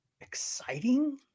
exciting